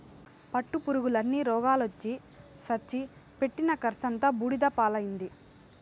పట్టుపురుగుల అన్ని రోగాలొచ్చి సచ్చి పెట్టిన కర్సంతా బూడిద పాలైనాది